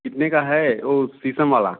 कितने का है वो शीशम वाला